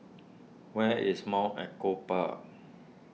where is Mount Echo Park